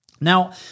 Now